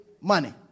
money